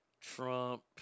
Trump